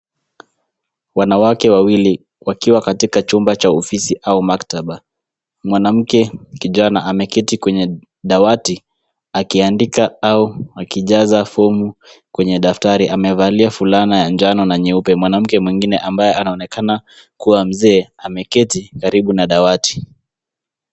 Wanawake wawili wakiwa katika chumba cha ofisi au maktaba. Mwanamke kijana ameketi kwenye dawati akiandika au akijaza fomu kwenye daftari. Amevalia fulana ya njano na nyeupe. Mwanamke mwingine ambaye anaonekana kuwa mzee ameketi karibu na dawati.